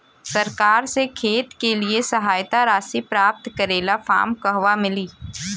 सरकार से खेत के लिए सहायता राशि प्राप्त करे ला फार्म कहवा मिली?